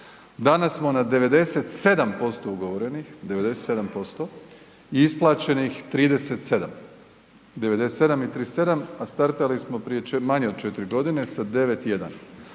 Danas smo na 97% ugovorenih, 97% i isplaćenih 37. 97 i 37, a startali smo prije manje od 4 godine 9,1.